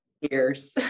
years